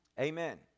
Amen